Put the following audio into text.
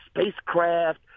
spacecraft